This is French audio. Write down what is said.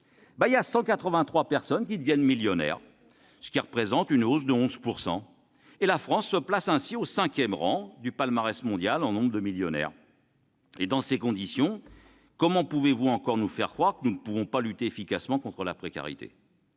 mal an, 183 personnes sont devenues millionnaires, ce qui représente une hausse de 11 %. La France se place ainsi au cinquième rang du palmarès mondial en nombre de millionnaires. Dans ces conditions, comment pouvez-vous encore nous faire croire que nous ne pouvons pas lutter efficacement contre la précarité